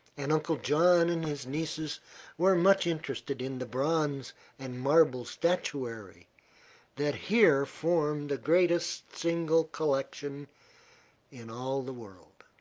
and uncle john and his nieces were much interested in the bronze and marble statuary that here form the greatest single collection in all the world.